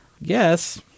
Yes